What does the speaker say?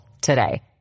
today